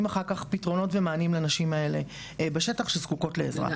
אחר כך פתרונות ומענים לנשים האלה בשטח שזקוקות לעזרה.